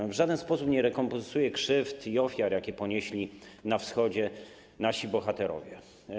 Ono w żaden sposób nie rekompensuje krzywd i ofiar, jakie ponieśli na Wschodzie nasi bohaterowie.